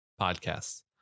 podcasts